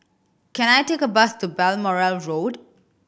can I take a bus to Balmoral Road